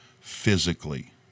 physically